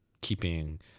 keeping